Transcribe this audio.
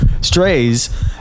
Stray's